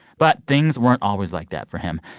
but things weren't always like that for him.